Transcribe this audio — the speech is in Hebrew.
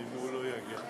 אם לא יגיע?